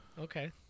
okay